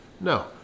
No